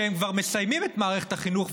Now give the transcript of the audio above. כשהם כבר מסיימים את מערכת החינוך,